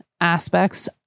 aspects